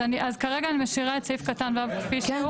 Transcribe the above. אז כרגע אני משאירה את סעיף קטן (ו) כפי שהוא